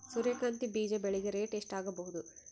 ಸೂರ್ಯ ಕಾಂತಿ ಬೀಜ ಬೆಳಿಗೆ ರೇಟ್ ಎಷ್ಟ ಆಗಬಹುದು?